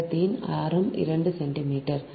கடத்தியின் ஆரம் 2 சென்டிமீட்டர்